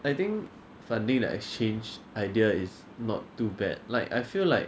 I think funding the exchange idea is not too bad like I feel like